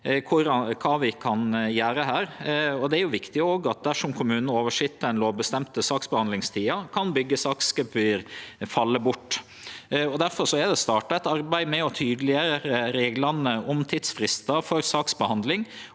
kva vi kan gjere med det. Det er òg viktig at dersom kommunen overstig den lovbestemde saksbehandlingstida, kan byggesaksgebyr falle bort. Difor er det starta eit arbeid med å tydeleggjere reglane om tidsfristar for saksbehandling